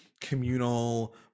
communal